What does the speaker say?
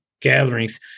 gatherings